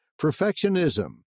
perfectionism